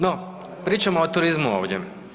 No, pričamo o turizmu ovdje.